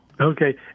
Okay